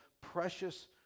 precious